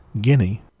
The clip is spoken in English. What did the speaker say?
Guinea